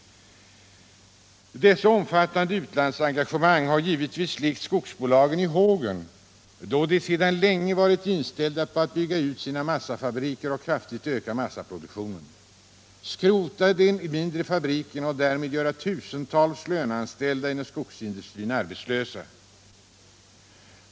Dessa omfattande utlandsengagemang har givetvis lekt skogsbolagen i hågen, då de sedan länge varit inställda på att bygga ut sina massafabriker och kraftigt öka massaproduktionen, skrota de mindre fabrikerna och därmed göra tusentals löneanställda inom skogsindustrin arbetslösa.